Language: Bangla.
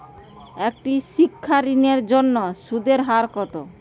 একটি শিক্ষা ঋণের জন্য সুদের হার কত?